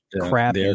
crap